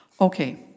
okay